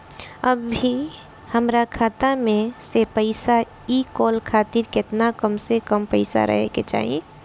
अभीहमरा खाता मे से पैसा इ कॉल खातिर केतना कम से कम पैसा रहे के चाही?